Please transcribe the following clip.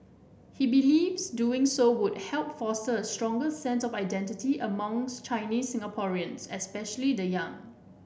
he believes doing so would help foster a stronger sense of identity among Chinese Singaporeans especially the young